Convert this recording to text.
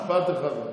משפט אחד.